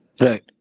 Right